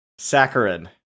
saccharin